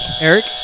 Eric